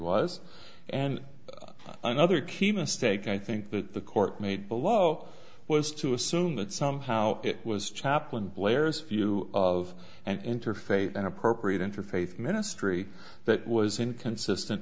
was and another key mistake i think that the court made below was to assume that somehow it was chaplain blair's view of an interfaith and appropriate interfaith ministry that was inconsistent